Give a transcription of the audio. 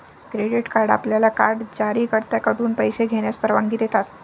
credit card आपल्याला card जारीकर्त्याकडून पैसे घेण्यास परवानगी देतात